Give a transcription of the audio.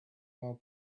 more